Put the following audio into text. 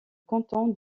canton